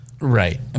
Right